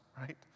right